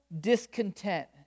discontent